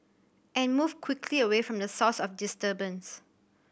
and move quickly away from the source of the disturbance